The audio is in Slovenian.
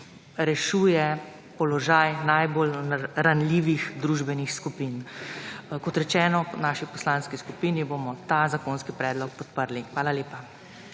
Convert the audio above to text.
rešuje položaj najbolj ranljivih družbenih skupin. Kot rečeno, v naši poslanski skupini bomo ta zakonski predlog podprli. Hvala lepa.